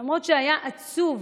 למרות שהיה עצוב